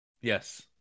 Yes